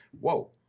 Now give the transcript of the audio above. whoa